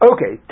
Okay